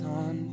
on